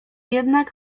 jednak